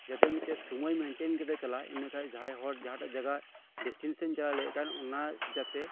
ᱡᱟᱛᱮ ᱢᱤᱫ ᱴᱮᱱ ᱥᱳᱢᱳᱭ ᱢᱮᱱᱴᱮᱱ ᱠᱟᱛᱮ ᱪᱟᱞᱟᱜ ᱤᱱᱟᱹ ᱠᱷᱟᱱ ᱡᱟᱦᱟᱸᱭ ᱦᱚᱲ ᱡᱟᱦᱟᱸᱴᱟᱜ ᱡᱟᱸᱜᱟ ᱰᱤᱥᱴᱮᱱᱥᱮᱱ ᱪᱟᱞᱟᱜ ᱮ ᱞᱟᱹᱭᱮᱫ ᱠᱟᱱ ᱚᱱᱟ ᱡᱟᱛᱮ